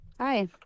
Hi